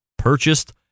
purchased